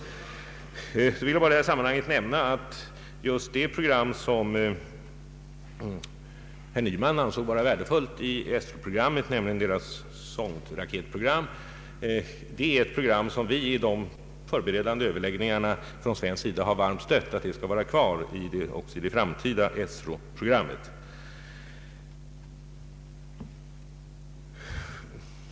Jag vill i sammanhanget nämna att just det som herr Nyman ansåg vara värdefullt i ESRO-programmet, nämligen sondraketprogrammet, är något som vi från svensk sida vid de förberedande överläggningarna varmt förordat skulle vara kvar också i det framtida ESRO-programmet.